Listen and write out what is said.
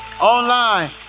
Online